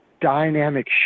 dynamic